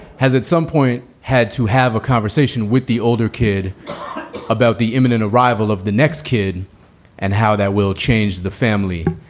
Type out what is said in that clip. has at some point had to have a conversation with the older kid about the imminent arrival of the next kid and how that will change the family.